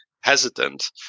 hesitant